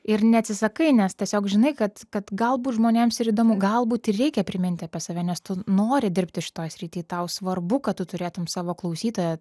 ir neatsisakai nes tiesiog žinai kad kad galbūt žmonėms ir įdomu galbūt ir reikia priminti apie save nes tu nori dirbti šitoj srity tau svarbu kad tu turėtum savo klausytoją